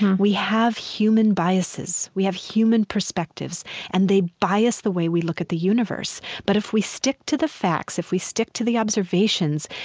we have human biases. we have human perspectives and they bias the way we look at the universe. but if we stick to the facts, if we stick to the observations,